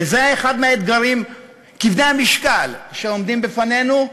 וזה אחד מהאתגרים כבדי המשקל שעומדים בפנינו.